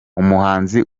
umuhanzi